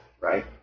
right